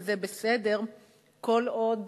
וזה בסדר כל עוד